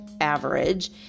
average